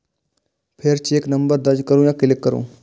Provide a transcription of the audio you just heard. फेर check number दर्ज करू आ क्लिक करू